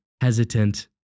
hesitant